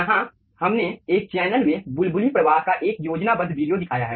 यहां हमने एक चैनल में बुलबुली प्रवाह का एक योजनाबद्ध वीडियो दिखाया है